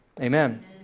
amen